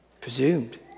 presumed